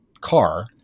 car